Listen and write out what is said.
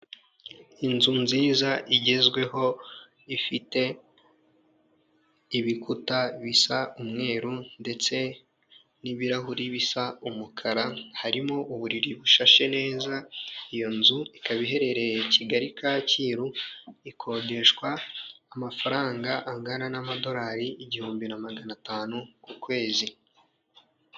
Inzu nziza igezweho ifite ibikuta bisa umweru ndetse n'ibirahuri bisa umukara, harimo uburiri bushashe neza iyo nzu ikaba iherereye Kigali Kacyiru ikodeshwa amafaranga angana n'amadolari igihumbi na magana atanu ku kwezi.